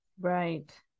Right